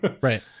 Right